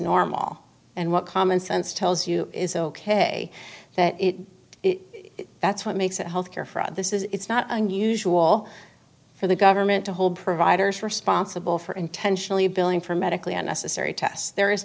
normal and what common sense tells you is ok that that's what makes the health care fraud this is it's not unusual for the government to hold providers responsible for intentionally billing for medically unnecessary tests there is